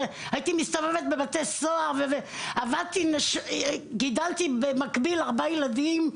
הייתי מסתובבת בבתי סוהר ובמקביל אני גידלתי ארבעה ילדים,